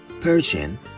Persian